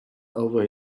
over